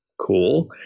cool